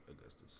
Augustus